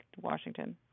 Washington